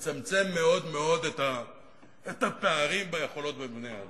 לצמצם מאוד מאוד את הפערים ביכולות בין בני-האדם,